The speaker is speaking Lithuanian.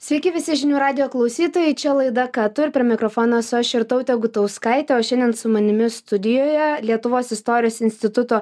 sveiki visi žinių radijo klausytojai čia laida ką tu ir prie mikrofono esu aš irtautė gutauskaitė o šiandien su manimi studijoje lietuvos istorijos instituto